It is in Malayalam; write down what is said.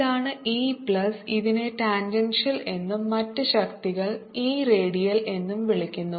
ഇതാണ് E പ്ലസ് ഇതിനെ ടാൻജൻഷ്യൽ എന്നും മറ്റ് ശക്തികൾ E റേഡിയൽ എന്നും വിളിക്കുന്നു